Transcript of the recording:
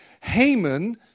Haman